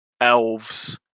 Elves